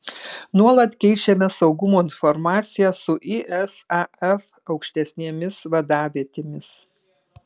nuolat keičiamės saugumo informacija su isaf aukštesnėmis vadavietėmis